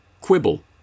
quibble